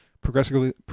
progressively